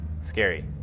Scary